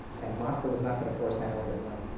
and moscow was not going to force hanoi to blink,